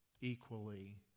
equally